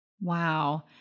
Wow